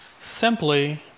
Simply